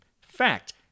Fact